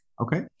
Okay